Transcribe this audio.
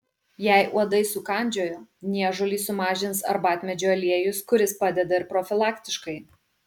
jei uodai sukandžiojo niežulį sumažins arbatmedžio aliejus kuris padeda ir profilaktiškai